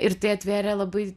ir tai atvėrė labai